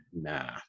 Nah